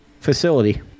facility